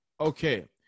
Okay